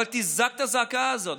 אבל תזעק את הזעקה הזאת,